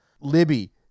libby